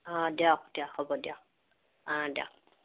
অঁ দিয়ক দিয়ক হ'ব দিয়ক অঁ দিয়ক